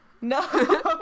No